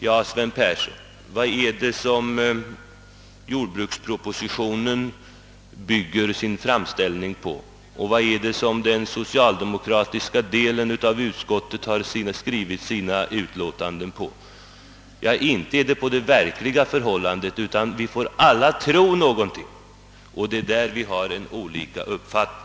Ja, Sven Persson, vad är det som man bygger sin framställning på i jordbrukspropositionen och vad är det som den socialdemokratiska delen av utskottet bygger sitt utlåtande på? Ja, inte är det på grundval av insikt om det verkliga förhållandet, utan på tro. Det är härav vi har olika uppfattningar.